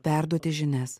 perduoti žinias